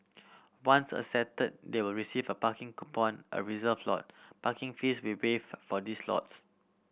once accepted they will receive a parking coupon or reserve a lot parking fees will waived for these lots